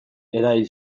erail